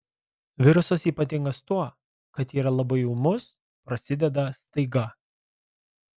virusas ypatingas tuo kad yra labai ūmus prasideda staiga